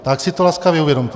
Tak si to laskavě uvědomte!